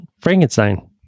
Frankenstein